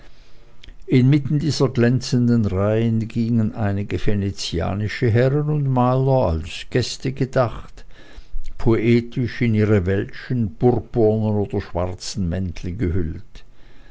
inmitten dieser glänzenden reihen gingen einige venezianische herren und maler als gäste gedacht poetisch in ihre welschen purpurnen oder schwarzen mäntel gehüllt